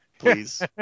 Please